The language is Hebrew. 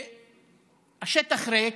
שהשטח ריק?